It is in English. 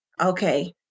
Okay